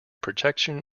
protection